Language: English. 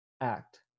act